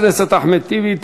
תודה לחבר הכנסת אחמד טיבי.